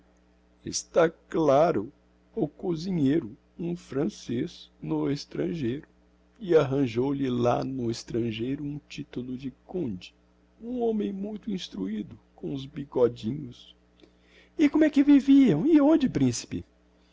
está claro o cozinheiro um francez no estrangeiro e arranjou lhe lá no estrangeiro um titulo de conde um homem muito instruido com uns bigodinhos e como é que viviam e onde principe